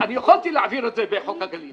יכולתי להעביר את זה בחוק הגליל